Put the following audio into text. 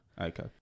Okay